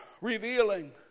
revealing